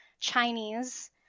Chinese